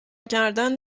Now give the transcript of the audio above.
کردن